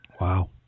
Wow